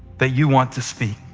that you want to speak.